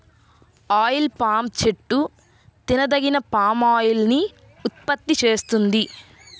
oil palm చెట్టు తినదగిన palm oil ని ఉత్పత్తి చేస్తుంది